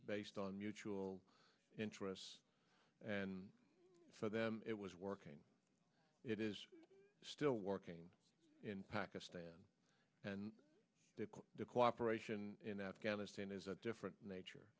based on mutual interests and for them it was working it is still working in pakistan and the cooperation in afghanistan is a different nature